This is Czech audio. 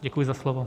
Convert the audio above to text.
Děkuji za slovo.